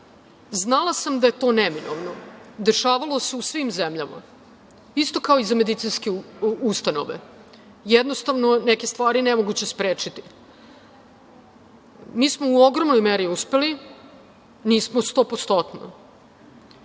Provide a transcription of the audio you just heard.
Znala sam da je to neminovno. Dešavalo se u svim zemljama, isto kao i za medicinske ustanove. Jednostavno, neke stvari nemoguće je sprečiti. Mi smo u ogromnoj meri uspeli, nismo 100%.